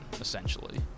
essentially